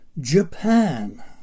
Japan